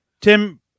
Tim